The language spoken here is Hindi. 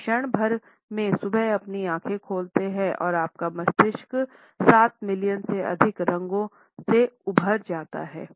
आप क्षण भर में सुबह अपनी आँखें खोलते हैं और आपका मस्तिष्क सात मिलियन से अधिक रंगों से भर जाता है